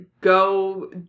go